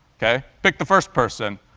ok? pick the first person.